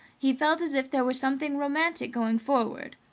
he felt as if there were something romantic going forward.